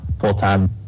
full-time